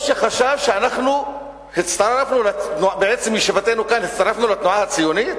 או שחשב שבעצם ישיבתנו כאן הצטרפנו לתנועה הציונית?